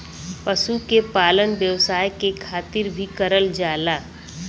पशु के पालन व्यवसाय के खातिर भी करल जाला